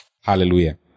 Hallelujah